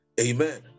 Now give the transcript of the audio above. Amen